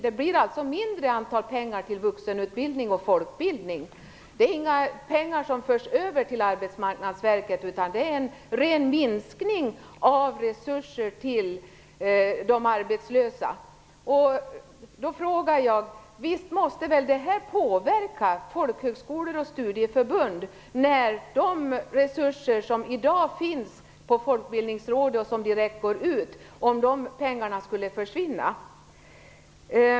Det blir alltså mindre pengar till vuxenutbildningen och folkbildningen. Inga pengar förs över till Arbetsmarknadsverket. Det är en ren minskning av resurser till de arbetslösa. Visst måste det påverka folkhögskolor och studieförbund om de resurser som i dag går ut direkt från Folkbildningsrådet skulle försvinna?